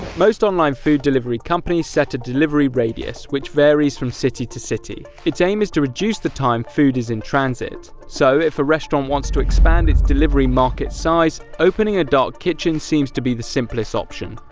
most online food delivery companies set a delivery radius, which varies from city to city. its aim is to reduce the time food is in transit. so if a restaurant wants to expand its delivery market size, opening a dark kitchen seems to be the simplest option.